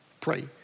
Pray